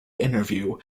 interview